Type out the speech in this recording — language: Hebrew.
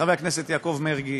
חבר הכנסת יעקב מרגי,